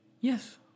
yes